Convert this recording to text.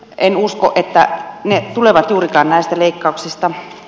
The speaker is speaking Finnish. en usko että ne tulevat juurikaan näistä leikkauksista